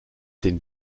den